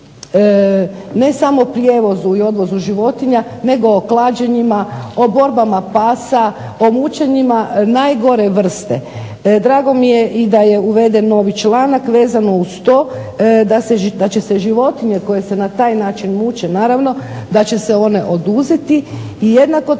ne samo prijevozu i odvozu životinja, nego o klađenjima, o borbama pasa, o mučenjima najgore vrste. Drago mi je da je uveden novi članak vezano uz to, da će se životinje koje se na taj način muče naravno da će se one oduzeti i jednako